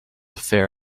fair